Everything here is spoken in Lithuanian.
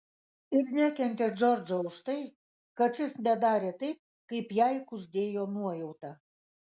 ir nekentė džordžo už tai kad šis nedarė taip kaip jai kuždėjo nuojauta